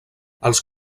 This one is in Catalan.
els